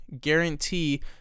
guarantee